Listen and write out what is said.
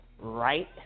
right